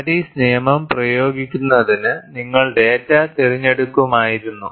Paris നിയമം പ്രയോഗിക്കുന്നതിന് നിങ്ങൾ ഡാറ്റ തിരഞ്ഞെടുക്കുമായിരുന്നു